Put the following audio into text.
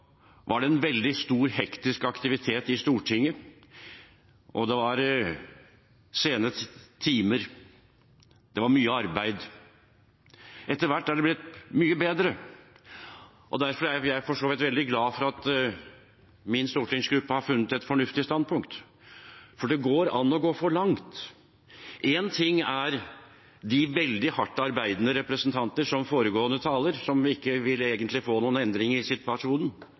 var det en veldig hektisk aktivitet i Stortinget, og det var sene timer. Det var mye arbeid. Etter hvert er det blitt mye bedre. Derfor er jeg for så vidt veldig glad for at min stortingsgruppe har funnet et fornuftig standpunkt, for det går an å gå for langt. Én ting er veldig hardt arbeidende representanter, som foregående taler, som egentlig ikke vil få noen endring i